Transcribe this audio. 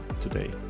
today